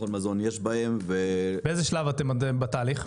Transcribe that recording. מזון יש בהם ו- -- באיזה שלב אתם בתהליך?